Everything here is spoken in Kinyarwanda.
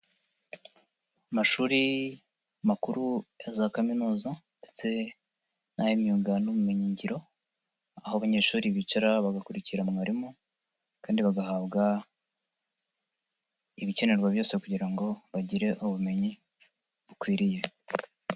Amashuri makuru ya za kaminuza ndetse n'ay'imyuga n'ubumenyigiro, aho abanyeshuri bicara bagakurikikira mwarimu kandi baga ibikenerwa byose kugira ngo bagire ubumenyi bukwiriye.